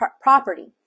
property